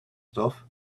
stuff